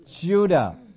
Judah